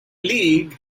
league